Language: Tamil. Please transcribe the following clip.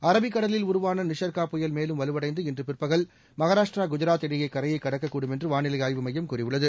அரபிக்கடலில் உருவான நிஷர்கா புயல் மேலும் வலுவளடந்து இன்று பிற்பகல் மகாராஷ்டிரா குஜராத் இடையே கரையை கடக்கக்கூடும் என்று வானிலை ஆய்வு மையம் கூறியுள்ளது